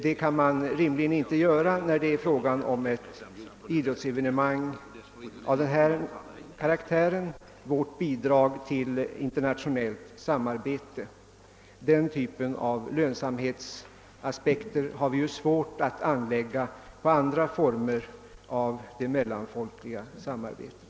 Så kan man rimligen inte göra när det gäller ett idrottsevenemang av denna karaktär, som får betraktas som vårt bidrag till ett internationellt samarbete. Denna typ av lönsamhetsaspekter anlägger vi ju inte på andra former av det mellanfolkliga samarbetet.